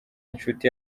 inshuti